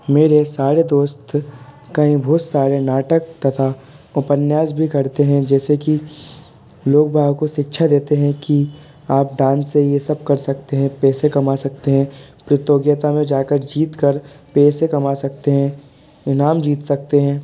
मेरे सारे दोस्त कई बहुत सारे नाटक तथा उपन्यास भी करते हैं जैसे कि लोग भाव को शिक्षा देते हैं कि आप डांस से यह सब कर सकते हैं पैसे कमा सकते हैं प्रतियोगिता में जाकर जीत कर पैसे कमा सकते हैं इनाम जीत सकते हैं